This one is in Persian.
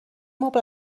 مبل